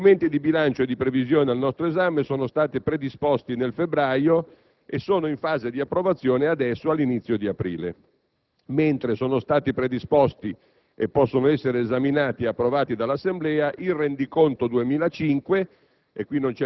I documenti di bilancio di previsione al nostro esame sono stati predisposti in febbraio e sono in fase di approvazione all'inizio di aprile, mentre sono stati predisposti e possono essere esaminati e approvati dall'Assemblea il rendiconto 2005